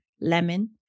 lemon